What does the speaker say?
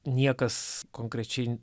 niekas konkrečiai